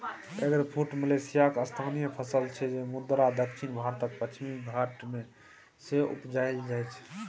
eggfruit मलेशियाक स्थानीय फसल छै मुदा दक्षिण भारतक पश्चिमी घाट मे सेहो उपजाएल जाइ छै